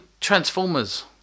Transformers